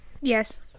Yes